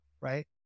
right